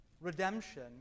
Redemption